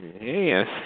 Yes